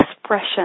expression